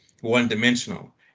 one-dimensional